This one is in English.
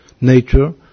nature